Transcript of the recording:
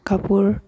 কাপোৰ